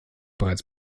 bereits